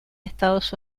estados